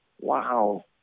wow